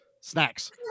Snacks